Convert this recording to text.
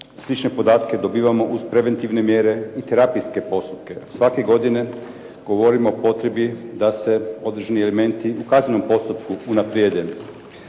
slične podatke dobivamo uz preventivne mjere i terapijske postupke. Svake godine govorimo o potrebi da se određeni elementi u kaznenom postupku unaprijede.